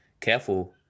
careful